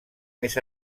més